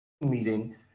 meeting